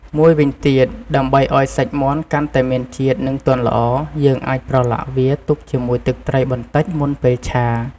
មួយវិញទៀត ដើម្បីឱ្យសាច់មាន់កាន់តែមានជាតិ និងទន់ល្អ យើងអាចប្រឡាក់វាទុកជាមួយទឹកត្រីបន្តិច មុនពេលឆា។